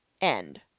end